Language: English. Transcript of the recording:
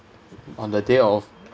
on the day of